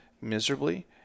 miserably